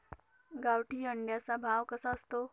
गावठी अंड्याचा भाव कसा असतो?